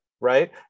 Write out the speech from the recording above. right